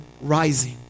rising